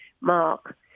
mark